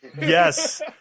Yes